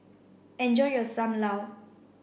enjoy your Sam Lau